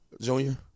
junior